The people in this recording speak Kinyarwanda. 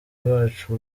bacu